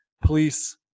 police